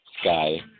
Sky